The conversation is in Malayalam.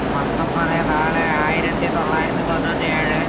പത്തൊൻപത് നാല് ആയിരത്തി തൊള്ളായിരത്തി തൊണ്ണൂറ്റി ഏഴ്